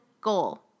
goal